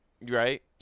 Right